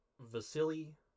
Vasily